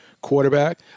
quarterback